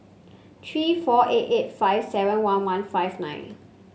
three four eight eight five seven one one five nine